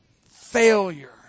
failure